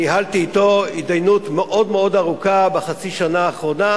ניהלתי אתו התדיינות מאוד ארוכה בחצי השנה האחרונה,